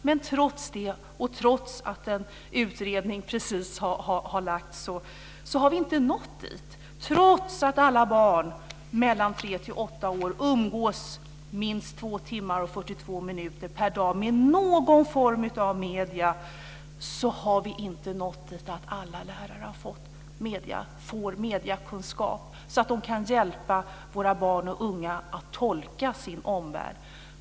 Men trots det, och trots att en utredning precis har lagts fram, så har vi inte nått dit, trots att alla barn i åldern 3-8 år umgås minst 2 timmar och 42 minuter per dag med någon form av medier har vi inte nått dit att alla lärare får mediekunskap, så att de kan hjälpa våra barn och unga att tolka sin omvärld.